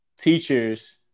teachers